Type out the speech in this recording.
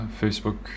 facebook